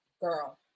girl